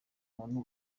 muntu